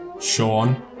Sean